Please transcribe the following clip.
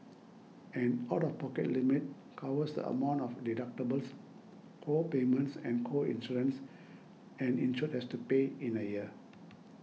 an out of pocket limit covers amount of deductibles co payments and co insurance an insured has to pay in a year